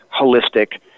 holistic